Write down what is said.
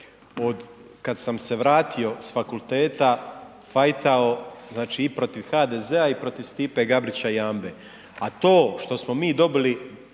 kad sam se vratio s fakulteta fajtao, znači, i protiv HDZ-a i protiv Stipe Gabrića Jambe, a to što smo mi dobili